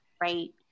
right